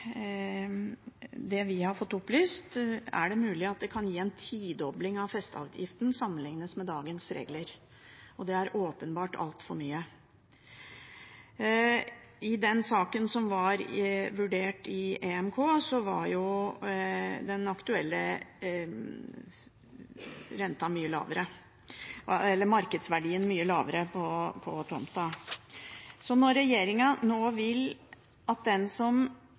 har lagt fram, etter det vi har fått opplyst, kan gi en tidobling av festeavgiften sammenliknet med dagens regler. Det er åpenbart altfor mye. I den saken som har vært vurdert i henhold til EMK, var markedsverdien mye lavere på tomta. Så når regjeringen nå vil at den som